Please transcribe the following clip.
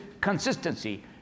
consistency